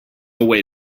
way